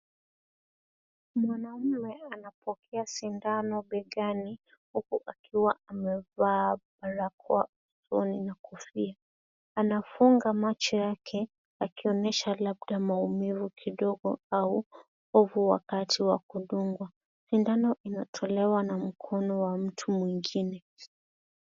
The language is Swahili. Mwanaume anapokea sindano begani huku akiwa amevaa barakoa usoni na kofia anafunga macho yake akionyesha labda maumivu kidogo au hofu wakati wa kudungwa sindano inatolewa na mkono wa mtu mwingine.